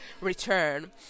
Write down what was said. return